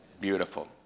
Beautiful